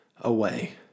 away